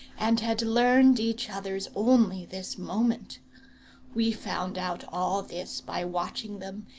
and had learned each other's only this moment we found out all this by watching them,